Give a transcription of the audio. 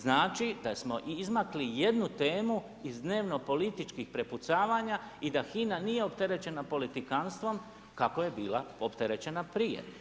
Znači, da smo izmakli jednu temu iz dnevno političkih prepucavanja i da HINA nije opterećena politikantstvom, kako je bila opterećena prije.